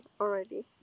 already